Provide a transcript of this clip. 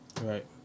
Right